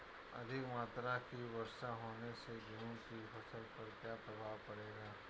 अधिक मात्रा की वर्षा होने से गेहूँ की फसल पर क्या प्रभाव पड़ेगा?